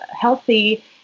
healthy